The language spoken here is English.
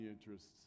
interests